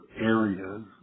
areas